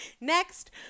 next